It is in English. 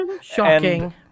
Shocking